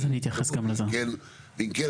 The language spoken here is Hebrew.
ואם כן,